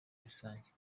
rusange